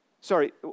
Sorry